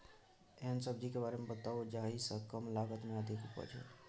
एहन सब्जी के बारे मे बताऊ जाहि सॅ कम लागत मे अधिक उपज होय?